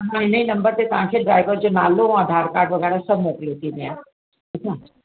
मां इन ई नम्बर ते तव्हांखे ड्राइवर जो नालो ऐं आधार कार्ड वगै़रह सभु मोकिले थी ॾियां अच्छा